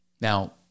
Now